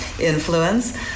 influence